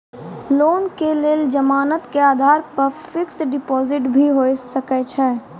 Loan के लेल जमानत के आधार पर फिक्स्ड डिपोजिट भी होय सके छै?